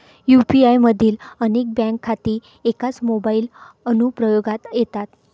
UPI मधील अनेक bank खाती एकाच मोबाइल अनुप्रयोगात येतात